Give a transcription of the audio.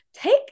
take